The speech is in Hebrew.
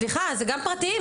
סליחה, זה גם פרטיים.